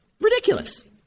Ridiculous